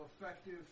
effective